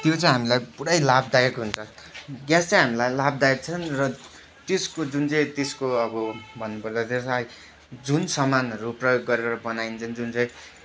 त्यो चाहिँ हामीलाई पुरै लाभदायक हुन्छ ग्यास चाहिँ हामीलाई लाभदायक छन् र त्यसको जुन चाहिँ त्यसको अब भन्नुपर्दा त्यसलाई जुन सामानहरू प्रयोग गरेर बनाइन्छन् जुन चाहिँ